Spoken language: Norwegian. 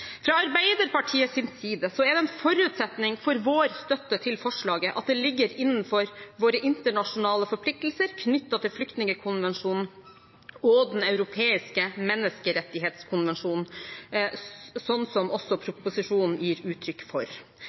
Fra Arbeiderpartiets side er det en forutsetning for vår støtte til forslaget at det ligger innenfor våre internasjonale forpliktelser knyttet til Flyktningkonvensjonen og Den europeiske menneskerettighetskonvensjon, slik også proposisjonen gir uttrykk for.